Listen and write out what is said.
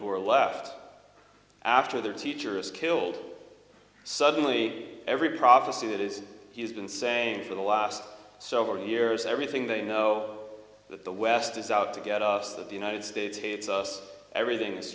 who are left after their teacher is killed suddenly every prophecy that is he's been saying for the last several years everything they know that the west is out to get us that the united states hates us everything is